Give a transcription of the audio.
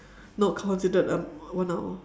not considered um one hour